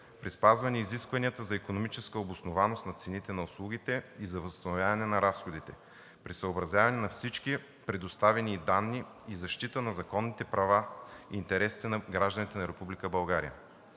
при спазване на изискванията за икономическа обоснованост на цените на услугите и за възстановяване на разходите при съобразяване на всички предоставени данни и защита на законните права и интересите на гражданите на